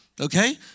Okay